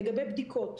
לגבי בדיקות,